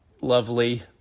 lovely